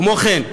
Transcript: כמו כן,